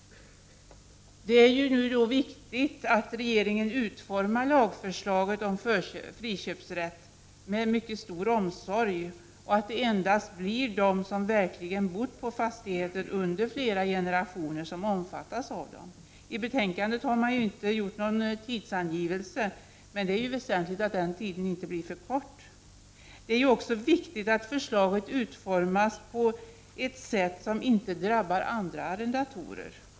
Det är viktigt att regeringen utformar lagförslaget om friköpsrätt med mycket stor omsorg och att endast de personer där familjen har bott på fastigheten under flera generationer skall omfattas av denna rätt. I betänkandet har det inte gjorts någon tidsangivelse, men det är väsentligt att tidsperioden inte är för kort. Det är viktigt att förslaget utformas så att det inte drabbar andra arrendatorer.